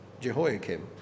Jehoiakim